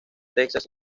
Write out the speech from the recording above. texas